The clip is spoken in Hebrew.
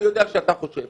אני יודע שאתה חושב